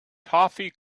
toffee